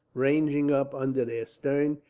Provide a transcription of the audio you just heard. ranging up under their stern,